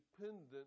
dependent